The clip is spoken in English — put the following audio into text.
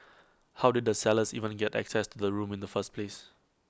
how did the sellers even get access to the room in the first place